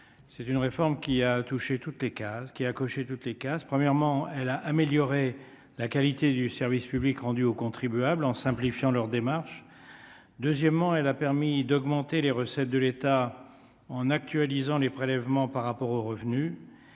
les cases qui a coché toutes les cases, premièrement, elle a améliorer la qualité du service public rendu aux contribuables en simplifiant leur démarches deuxièmement elle a permis d'augmenter les recettes de l'État en actualisant les prélèvements par rapport aux revenus,